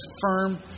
firm